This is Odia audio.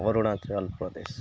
ଅରୁଣାଚଳ ପ୍ରଦେଶ